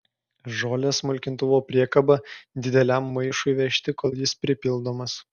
žolės smulkintuvo priekaba dideliam maišui vežti kol jis pripildomas